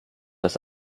das